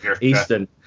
Eastern